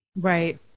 right